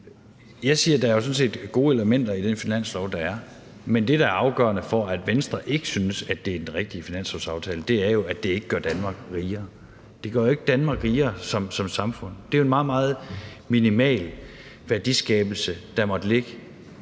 Jeg siger, at der sådan set er gode elementer i den finanslovsaftale, der er, men det, der er afgørende for, at Venstre ikke synes, det er den rigtige finanslovsaftale, er jo, at den ikke gør Danmark rigere. Den gør jo ikke Danmark rigere som samfund. Det er jo en meget, meget minimal værdiskabelse, der måtte ligge